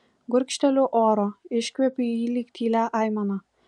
gurkšteliu oro iškvepiu jį lyg tylią aimaną